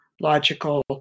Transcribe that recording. logical